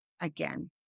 again